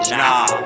nah